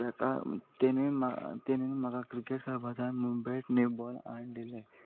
तेका तेनी तेणे म्हाका क्रिकेट खेळपाक जाय म्हूण नीव बॉल हाडून दिलें